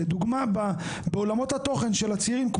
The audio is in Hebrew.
לדוגמא בעולמות התוכן של הצעירים,